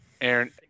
Aaron